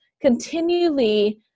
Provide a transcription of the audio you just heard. continually